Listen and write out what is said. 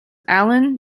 allan